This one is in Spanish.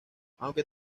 aunque